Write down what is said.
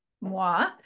moi